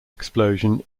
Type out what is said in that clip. explosion